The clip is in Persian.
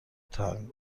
تمیز